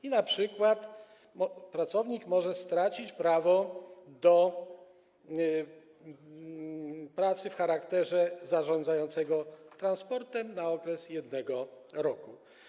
I np. pracownik może stracić prawo do pracy w charakterze zarządzającego transportem na okres roku.